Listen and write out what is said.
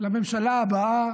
לממשלה הבאה